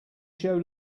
show